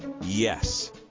Yes